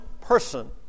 person